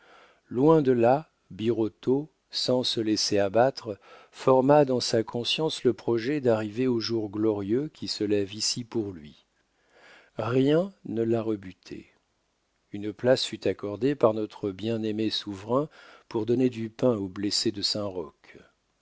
loin de là birotteau sans se laisser abattre forma dans sa conscience le projet d'arriver au jour glorieux qui se lève ici pour lui rien ne l'a rebuté une place fut accordée par notre bien-aimé souverain pour donner du pain au blessé de saint-roch